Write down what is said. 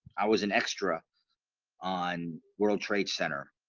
i was an extra on world trade center